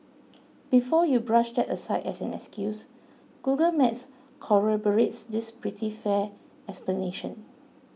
before you brush that aside as an excuse Google Maps corroborates this pretty fair explanation